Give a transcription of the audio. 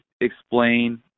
explain